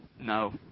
no